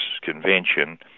convention